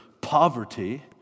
poverty